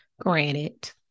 granted